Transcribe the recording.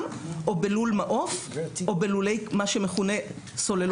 או בלול מעוף או במה שמכונה לולי סוללות.